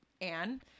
Anne